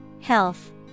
Health